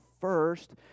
First